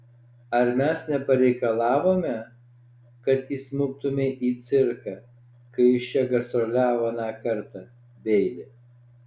ar mes nepareikalavome kad įsmuktumei į cirką kai jis čia gastroliavo aną kartą beili